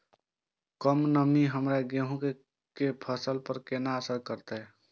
कम नमी हमर गेहूँ के फसल पर केना असर करतय?